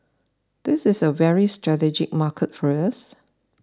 this is a very strategic market for us